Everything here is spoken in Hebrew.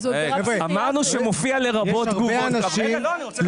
אמרנו שמופיע לרבות תגובות קרב וצריך להסביר את ההגדרה הזאת,